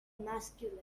masculine